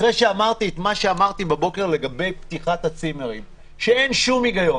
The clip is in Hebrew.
אחרי שאמרתי מה שאמרתי הבוקר לגבי פתיחת הצימרים שאין שום היגיון